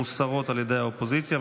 מוסרות על ידי האופוזיציה.